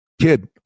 Kid